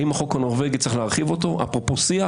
האם יש להרחיב את החוק הנורבגי אפרופו שיח?